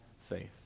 faith